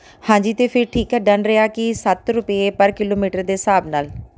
ਹਾਂਜੀ ਤਾਂ ਫਿਰ ਠੀਕ ਹੈ ਡਨ ਰਿਹਾ ਕਿ ਸੱਤ ਰੁਪਈਏ ਪਰ ਕਿਲੋਮੀਟਰ ਦੇ ਹਿਸਾਬ ਨਾਲ